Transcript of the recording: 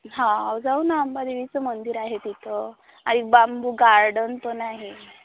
हा जाऊ नं अंबा देवीचं मंदिर आहे तिथं आणि बांबू गार्डन पण आहे